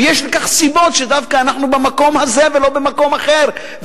ויש סיבות לכך שאנחנו דווקא במקום הזה ולא במקום אחר.